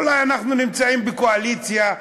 אולי אנחנו נמצאים בקואליציה,